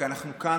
כי אנחנו כאן,